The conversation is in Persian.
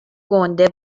گنده